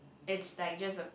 it's like just a